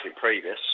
previous